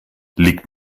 liegt